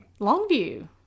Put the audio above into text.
Longview